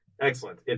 Excellent